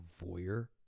voyeur